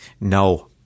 no